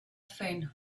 faint